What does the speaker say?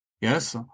Yes